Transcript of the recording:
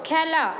খেলা